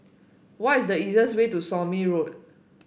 what is the easiest way to Somme Road